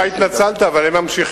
אתה התנצלת אבל הם ממשיכים.